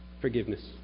Forgiveness